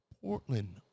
Portland